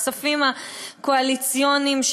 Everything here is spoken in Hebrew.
הכספים הקואליציוניים,